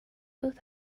both